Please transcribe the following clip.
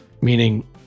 meaning